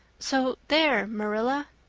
so there, marilla.